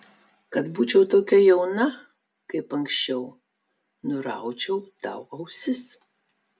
kad būčiau tokia jauna kaip anksčiau nuraučiau tau ausis